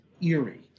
eerie